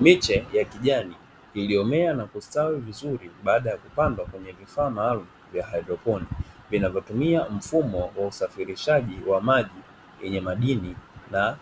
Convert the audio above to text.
Miche ya kijani iliyomea na kustawi vizuri baada ya kupandwa kwenye vifaa maalumu vya haidroponi, vinavyotumia mfumo wa usafirishaji wa maji yenye madini na